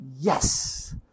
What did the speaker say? Yes